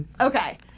okay